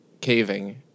caving